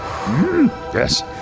Yes